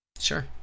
Sure